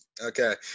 Okay